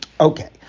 Okay